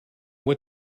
what